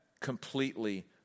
completely